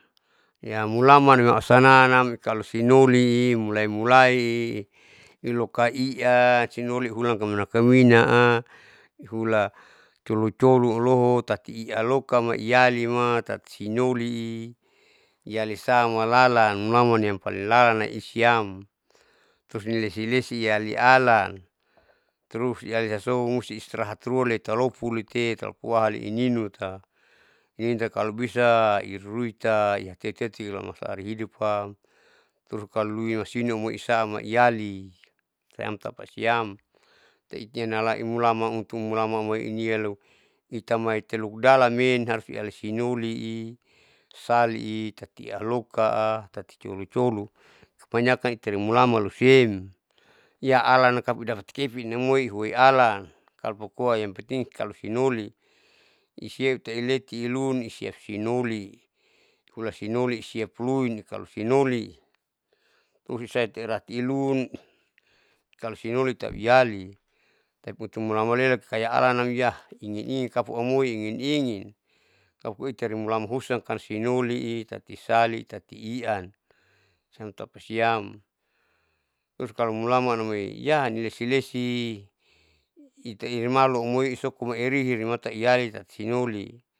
Ya mulaman ausananam italu sinoli mulai mulai iloka ian sinolihulan sinakamina hula colucoluloho tati ialoka maiiali ma tati sinoli ialisa malalan mulaman iaympaling lalan teisiam, terus nilesilesi ialialan terus ialisa sou musti strahat luan italopuite italahaipuininuta ininuta kalobisa iruiruita ihateti ulamancari hudupam terus kalo luimusina amoi isaha amoi iali seam tapasiam teitian halaimulaman hutu mulaman amoi inialo ita maiteluk dalammen siali sinolii salii tati ialokaa taticolucolu, kebanyakan itari mulaman losiem ialan dapati kepin hamoi huoi alan apukoa yang penting italo sinoli iseuta ileti luan isisap sinoli, hulasinoli siap ruini kalo sinoli urisaha iratielun talu sinoli talu iali tapoto mulaman lelaki tala alanam hiya ingin ingin kapu amoi ingin ingin tapu itai mulaman husa kan sinoli itati sali itati ian siam tapasiam terus kalo mulaman amoi nilesi lesi itaehumalu amoi sopoma iarehii mata iali tati sinoli.